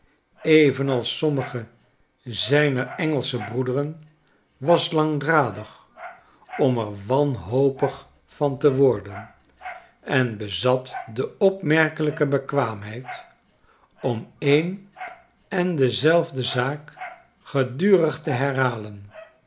broederen was langdradig om er wanhopig van te worden en bezat de opmerkelijke bekwaamheid om n en dezelfde zaak gedurig te herhalen